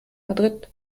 madrid